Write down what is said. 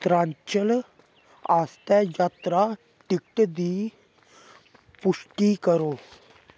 उत्तरांचल आस्तै जात्तरा टिकट दी पुश्टी करो